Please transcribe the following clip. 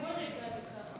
מכובדי היושב-ראש,